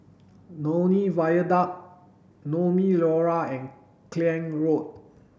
Lornie Viaduct Naumi Liora Klang Road